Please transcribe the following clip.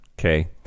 Okay